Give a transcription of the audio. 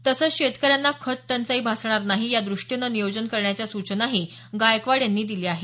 तसंच शेतकऱ्यांना खत टंचाई भासणार नाही या दृष्टीने नियोजन करण्याच्या सूचना पालकमंत्री गायकवाड यांनी दिल्या आहेत